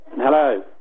Hello